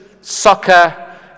soccer